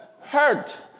hurt